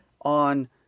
on